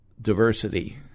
diversity